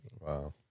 Wow